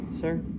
sir